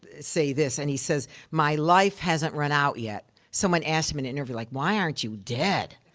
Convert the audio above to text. say this. and he says, my life hasn't run out yet. someone asked him in an interview, like, why aren't you dead?